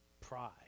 pride